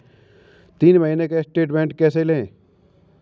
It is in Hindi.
तीन महीने का स्टेटमेंट कैसे लें?